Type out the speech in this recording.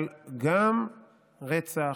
אבל גם רצח,